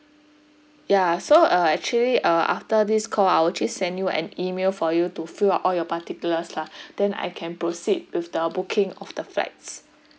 ya so uh actually uh after this call I will actually send you an email for you to fill up all your particulars lah then I can proceed with the booking of the flights